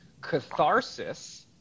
catharsis